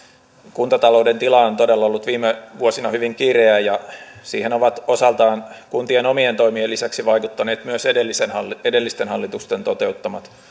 kuntatalouden tila on todella ollut viime vuosina hyvin kireä ja siihen ovat osaltaan kuntien omien toimien lisäksi vaikuttaneet myös edellisten hallitusten toteuttamat